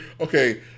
okay